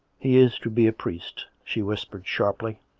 he is to be a priest, she whispered sharply.